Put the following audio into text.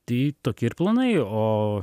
tai tokie ir planai o